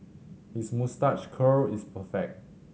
his moustache curl is perfect